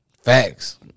Facts